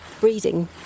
breeding